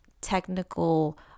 technical